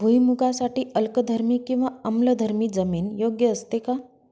भुईमूगासाठी अल्कधर्मी किंवा आम्लधर्मी जमीन योग्य असते का?